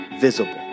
visible